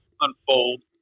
unfold